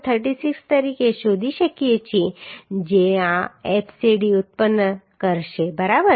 36 તરીકે શોધી શકીએ છીએ જે આ fcd ઉત્પન્ન કરશે બરાબર